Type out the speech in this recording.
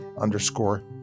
underscore